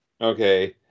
okay